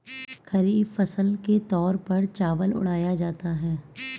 खरीफ फसल के तौर पर चावल उड़ाया जाता है